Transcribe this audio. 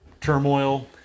turmoil